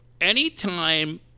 Anytime